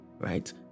right